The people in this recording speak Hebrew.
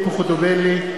ציפי חוטובלי,